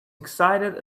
excited